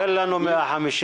אין לנו 156,